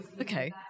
Okay